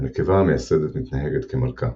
הנקבה המייסדת מתנהגת כמלכה,